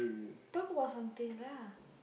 talk about something lah